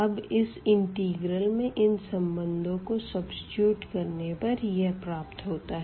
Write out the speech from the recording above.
अब इस इंटिग्रल में इन संबंधों को सब्सीट्यूट करने पर यह प्राप्त होता है